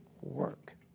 work